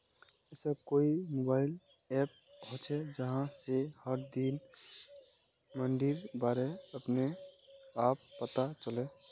ऐसा कोई mobile app होचे जहा से हर दिन मंडीर बारे अपने आप पता चले?